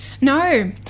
No